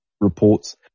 reports